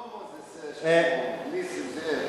לא מוזס, שו אסמו?